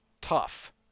tough